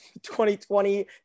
2020